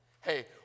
Hey